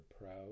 proud